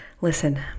listen